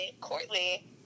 Courtly